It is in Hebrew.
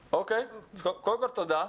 אוקיי, תודה.